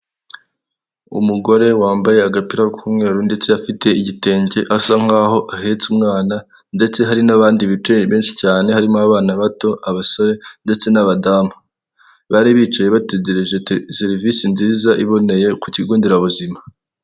Umugore wambaye agapira k'umweru ndetse afite igitenge asa nkaho ahetse umwana ndetse hari n'abandi bicaye benshi cyane harimo abana bato abasore ndetse n'abadamu, bari bicaye bategereje serivisi nziza iboneye ku kigo nderabuzima.